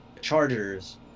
Chargers